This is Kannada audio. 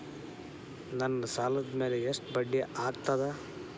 ನನ್ನ ಸಾಲದ್ ಮ್ಯಾಲೆ ಎಷ್ಟ ಬಡ್ಡಿ ಆಗ್ತದ?